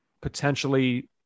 potentially